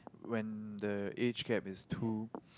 when the age gap is too